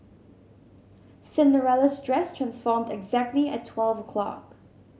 Cinderella's dress transformed exactly at twelve o'clock